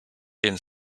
den